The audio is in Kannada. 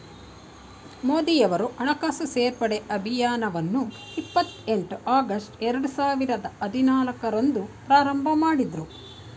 ಮೋದಿಯವರು ಹಣಕಾಸು ಸೇರ್ಪಡೆ ಅಭಿಯಾನವನ್ನು ಇಪ್ಪತ್ ಎಂಟು ಆಗಸ್ಟ್ ಎರಡು ಸಾವಿರದ ಹದಿನಾಲ್ಕು ರಂದು ಪ್ರಾರಂಭಮಾಡಿದ್ರು